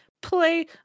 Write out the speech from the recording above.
play